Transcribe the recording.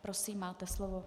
Prosím, máte slovo.